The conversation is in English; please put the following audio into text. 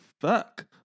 fuck